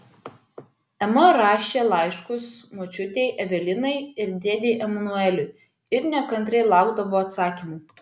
ema rašė laiškus močiutei evelinai ir dėdei emanueliui ir nekantriai laukdavo atsakymų